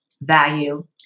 value